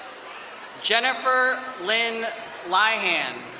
jennifer lynn lyhan.